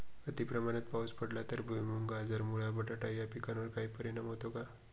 अतिप्रमाणात पाऊस पडला तर भुईमूग, गाजर, मुळा, बटाटा या पिकांवर काही परिणाम होतो का?